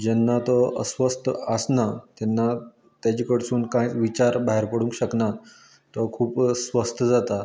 जेन्ना तो अस्वस्थ आसना तेन्ना तेजे कडसून कांय विचार भायर पडूंक शकना तो खूब स्वस्थ जाता